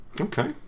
Okay